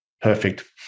Perfect